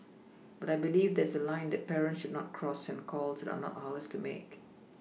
but I believe there is a line that parents should not cross and calls that are not ours to make